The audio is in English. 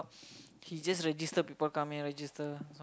he just register people come here register